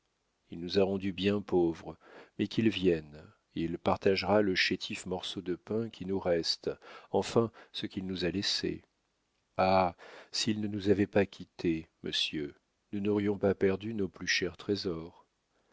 il nous a rendus bien pauvres mais qu'il vienne il partagera le chétif morceau de pain qui nous reste enfin ce qu'il nous a laissé ah s'il ne nous avait pas quittés monsieur nous n'aurions pas perdu nos plus chers trésors